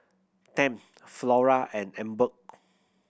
Tempt Flora and Emborg